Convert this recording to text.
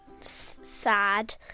sad